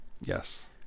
Yes